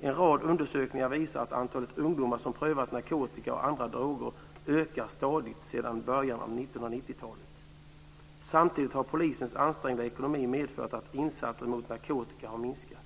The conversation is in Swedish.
En rad undersökningar visar att antalet ungdomar som prövat narkotika och andra droger ökat stadigt sedan början av 1990-talet. Samtidigt har polisens ansträngda ekonomi medfört att insatserna mot narkotika har minskat.